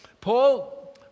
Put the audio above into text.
Paul